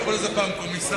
קראו לזה פעם "קומיסרים".